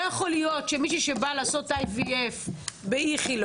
לא יכול להיות שמי שבאה לעשות IVF באיכילוב